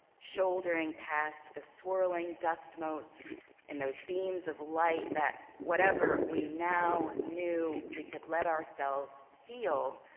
shouldering past the swirling dust motes in those beams of light that whatever we now knew, we could let ourselves feel.